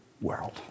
world